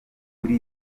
kuri